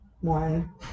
one